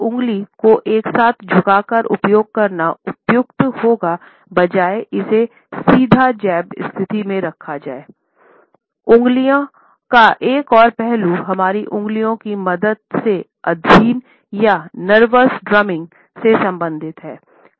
उंगली का एक और पहलू हमारी उंगलियों की मदद से अधीर या नर्वस ड्रमिंग से संबंधित है